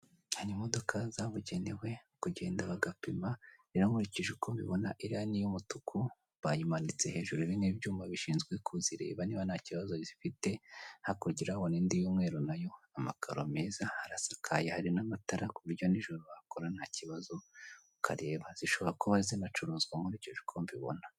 Hari imidoka zabugenewe kugenda bagapima, rero nkurikije uko mbibona iriya n'iy'umutuku bayimanitse hejuru, ibi ni ibyuma bishinzwe kuzireba noba nta kibazo zifite, hakurya urahanona indi y'umweru nayo , amakaro meza, harasakaye hari n'amatara kuburyo nijoro wakora ntakibazo ukareba, zishobora kuba zinacuruzwa nkurikije uko mbibona.